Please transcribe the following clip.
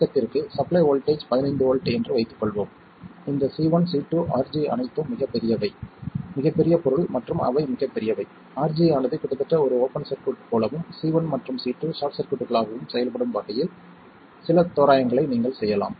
விளக்கத்திற்கு supply voltage 15 volt என்று வைத்துக்கொள்வோம் இந்த C1 C2 RG அனைத்தும் மிகப் பெரியவை மிகப் பெரிய பொருள் மற்றும் அவை மிகப் பெரியவை RG ஆனது கிட்டத்தட்ட ஒரு ஓப்பன் சர்க்யூட் போலவும் C1 மற்றும் C2 ஷார்ட் சர்க்யூட்களாகவும் செயல்படும் வகையில் சில தோராயங்களை நீங்கள் செய்யலாம்